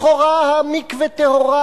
לכאורה המקווה טהור,